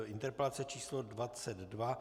Interpelace číslo 22.